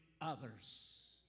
others